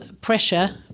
pressure